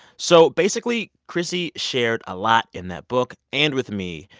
so, basically, chrissy shared a lot in that book and with me.